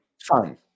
Fun